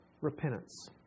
repentance